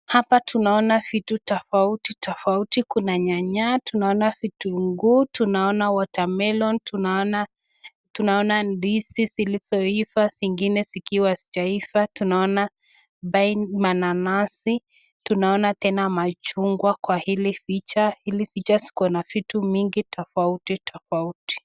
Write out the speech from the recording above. Hapa tunaona vitu tofauti tofauti, kuna nyanya, tunaona vitunguu, tunaona watermelon , tunaona ndizi zilizooiva, zingine zikiwa hazijaiva. Tunaona mananasi. Tunaona tena machungwa kwa hili picha. Hili picha ziko na vitu mingi tofauti tofauti.